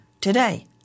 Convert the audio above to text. today